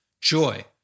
joy